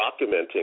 documenting